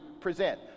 present